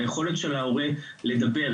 היכולת של ההורה לדבר,